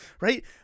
right